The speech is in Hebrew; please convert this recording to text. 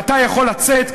אתה יכול לצאת,